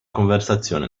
conversazione